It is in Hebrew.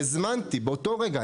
והזמנתי באותו רגע,